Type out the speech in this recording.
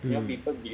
hmm